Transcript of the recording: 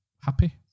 happy